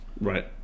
Right